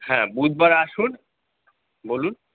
হ্যাঁ বুধবারে আসুন বলুন